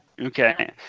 okay